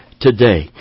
today